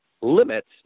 limits